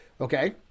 Okay